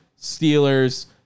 Steelers